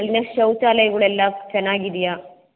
ಅಲ್ಲಿನ ಶೌಚಾಲಯಗಳೆಲ್ಲ ಚೆನ್ನಾಗಿದೆಯಾ